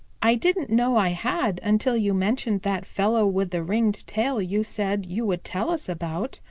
i didn't know i had until you mentioned that fellow with the ringed tail you said you would tell us about.